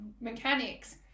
mechanics